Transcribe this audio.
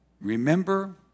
Remember